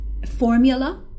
Formula